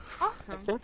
Awesome